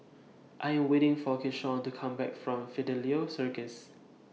I Am waiting For Keyshawn to Come Back from Fidelio Circus